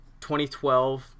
2012